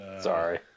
Sorry